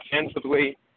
offensively